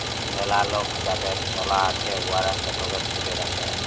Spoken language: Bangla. ম্যালা লক যাদের সলা আছে উয়ারা সেটকে ধ্যইরে রাখে